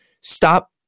Stop